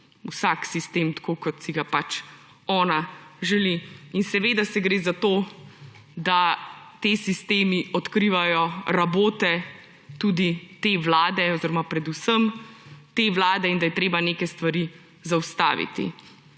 vsak sistem tako, kot si ga pač ona želi. In seveda gre za to, da ti sistemi odkrivajo rabote tudi te vlade oziroma predvsem te vlade in da je treba neke stvari zaustaviti.